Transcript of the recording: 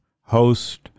host